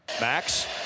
Max